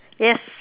yes